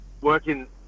working